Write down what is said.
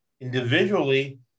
individually